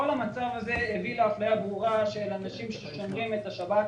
המצב הזה הביא לאפליה ברורה של אנשים ששומרים את השבת.